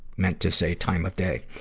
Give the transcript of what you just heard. meant to say time of day.